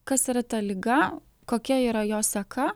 kas yra ta liga kokia yra jos seka